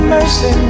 Mercy